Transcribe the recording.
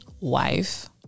wife